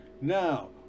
Now